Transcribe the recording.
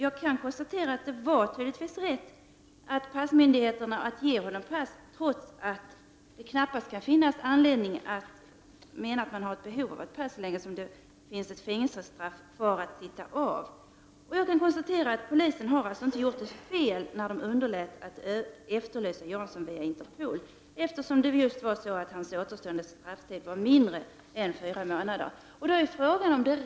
Jag kan konstatera att det tydligen var rätt av passmyndigheterna att ge honom pass, trots att det knappast kan finnas behov av att ha ett pass så länge det är ett fängelsestraff kvar att sitta av. Jag kan också konstatera att polisen inte gjorde något fel när man underlät att efterlysa KG Jansson via Interpol, eftersom hans återstående strafftid var mindre än fyra månader.